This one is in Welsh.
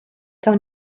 gawn